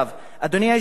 אדוני היושב-ראש,